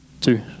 two